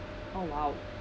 oh !wow!